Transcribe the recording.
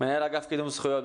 מנהל אגף קידום זכויות.